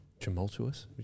Tumultuous